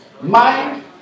mind